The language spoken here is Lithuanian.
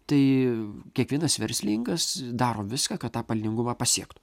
tai kiekvienas verslininkas daro viską kad tą pelningumą pasiektų